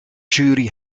jury